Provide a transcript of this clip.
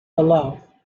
below